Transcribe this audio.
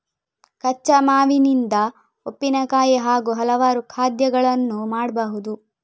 ಕಚ್ಚಾ ಮಾವಿನಿಂದ ಉಪ್ಪಿನಕಾಯಿ ಹಾಗೂ ಹಲವಾರು ಖಾದ್ಯಗಳನ್ನು ಮಾಡಬಹುದು